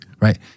Right